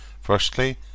Firstly